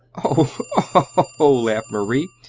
oh! oh! laughed marie,